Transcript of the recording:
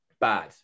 bad